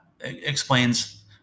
explains